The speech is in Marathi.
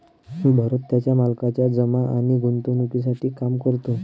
भरत त्याच्या मालकाच्या जमा आणि गुंतवणूकीसाठी काम करतो